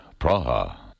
Praha